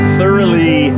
thoroughly